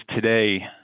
today